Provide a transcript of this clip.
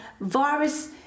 virus